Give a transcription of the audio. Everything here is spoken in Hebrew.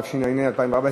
התשע"ה 2014,